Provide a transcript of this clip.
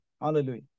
Hallelujah